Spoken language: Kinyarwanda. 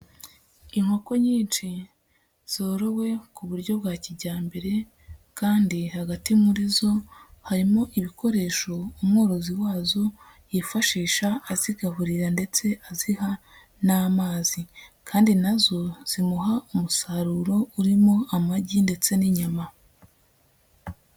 Inkoko nyinshi zorowe ku buryo bwa kijyambere kandi hagati muri zo harimo ibikoresho umworozi wazo yifashisha azigaburira ndetse aziha n'amazi kandi na zo zimuha umusaruro urimo amagi ndetse n'inyama.